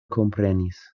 komprenis